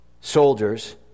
soldiers